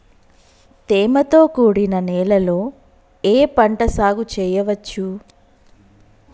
తేమతో కూడిన నేలలో ఏ పంట సాగు చేయచ్చు?